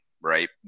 right